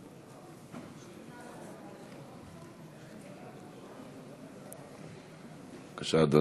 בבקשה, אדוני.